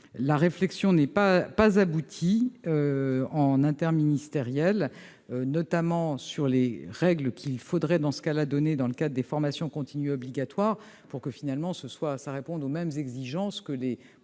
La réflexion n'est pas aboutie au niveau interministériel, notamment sur les règles qu'il faudrait fixer dans le cadre des formations continues obligatoires pour qu'elles répondent aux mêmes exigences que les